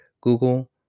Google